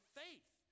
faith